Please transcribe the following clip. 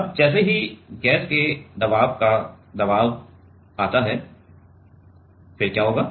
अब जैसे ही गैस के दबाव का दबाव आता है फिर क्या होगा